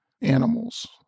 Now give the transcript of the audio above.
animals